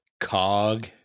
cog